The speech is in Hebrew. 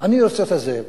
אני רוצה להיות הזאב,